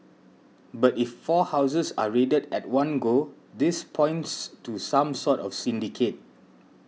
but if four houses are raided at one go this points to some sort of syndicate